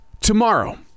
tomorrow